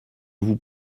vous